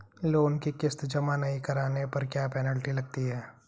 Loan की किश्त जमा नहीं कराने पर क्या पेनल्टी लगती है?